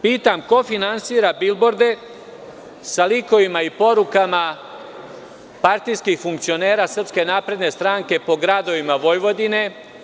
Pitam – ko finansira bilborde sa likovima i porukama partijskih funkcionera SNS po gradovima Vojvodine?